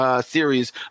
series